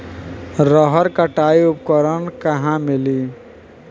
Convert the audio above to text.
रहर कटाई उपकरण कहवा मिली?